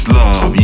love